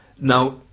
now